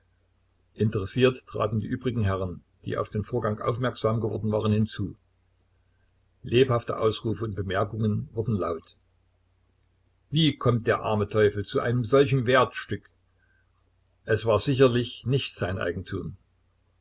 interessiert traten die übrigen herren die auf den vorgang aufmerksam geworden waren hinzu lebhafte ausrufe und bemerkungen wurden laut wie kommt der arme teufel zu solch einem wertstück es war sicherlich nicht sein eigentum